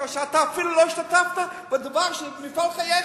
כאשר אתה אפילו לא השתתפת בדבר שהוא מפעל חייך,